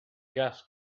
gas